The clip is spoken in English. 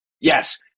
yes